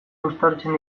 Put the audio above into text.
uztartzen